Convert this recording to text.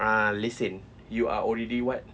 ah listen you are already what